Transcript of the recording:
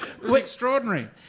extraordinary